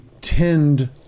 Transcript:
tend